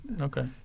Okay